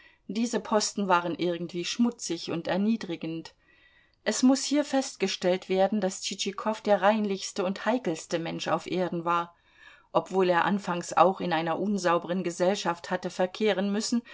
diese posten waren irgendwie schmutzig und erniedrigend es muß hier festgestellt werden daß tschitschikow der reinlichste und heikelste mensch auf erden war obwohl er anfangs auch in einer unsauberen gesellschaft hatte verkehren müssen